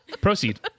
Proceed